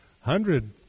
hundred